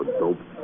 dope